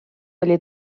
oli